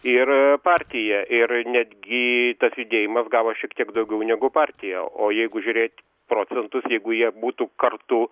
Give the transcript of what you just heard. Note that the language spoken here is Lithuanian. ir partija ir netgi tas judėjimas gavo šiek tiek daugiau negu partija o jeigu žiūrėt procentus jeigu jie būtų kartu